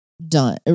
Done